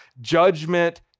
judgment